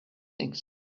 things